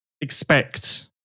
expect